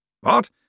What